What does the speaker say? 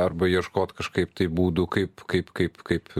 arba ieškot kažkaip tai būdų kaip kaip kaip kaip